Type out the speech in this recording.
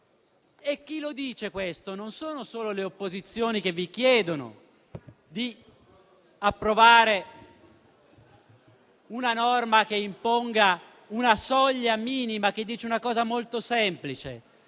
E chi dice questo non sono soltanto le opposizioni, che vi chiedono di approvare una norma che imponga una soglia minima, e lo dice in modo molto semplice: